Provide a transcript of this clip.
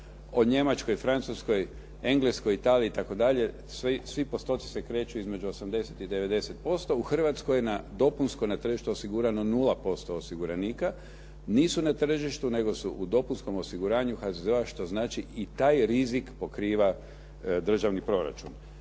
o Njemačkoj, Francuskoj, Engleskoj, Italiji i tako dalje svi postoci se kreću između 80 i 90%, u Hrvatskoj na dopunsko na tržištu je osigurano 0% osiguranika, nisu na tržištu, nego su u dopunskom osiguranju HZZO-a, što znači i taj rizik pokriva državni proračun.